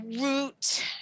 root